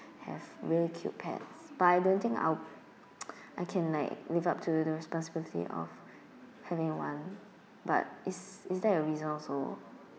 have really cute pets but I don't think I'll I can like live up to the responsibility of having one but is is that a reason also